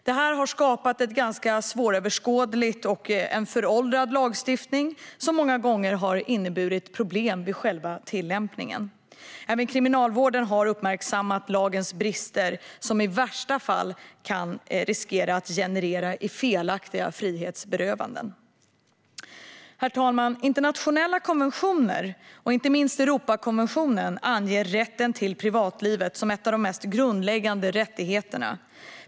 Det har skapat en svåröverskådlig och föråldrad lagstiftning som många gånger har inneburit problem vid själva tillämpningen. Även Kriminalvården har uppmärksammat lagens brister, som i värsta fall kan riskera att generera felaktiga frihetsberövanden. Herr talman! Internationella konventioner, inte minst Europakonventionen, anger rätten till privatlivet som en av de mest grundläggande rättigheterna.